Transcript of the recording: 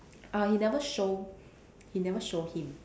uh he never show he never show him